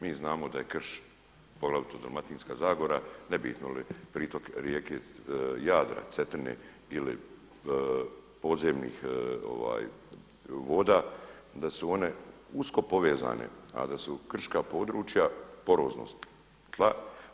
Mi znamo da je krš, poglavito Dalmatinska zagora, ne bitno je li pritok rijeke Jadra, Cetine ili podzemnih voda, da su one usko povezane a da su krška područja poroznost tla.